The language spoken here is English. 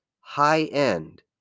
high-end